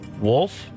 Wolf